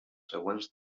següents